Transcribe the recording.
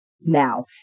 Now